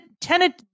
tenant